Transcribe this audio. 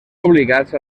obligats